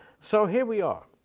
so, here we are